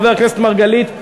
חבר הכנסת מרגלית,